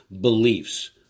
beliefs